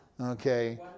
Okay